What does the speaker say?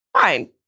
fine